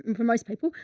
and for most people,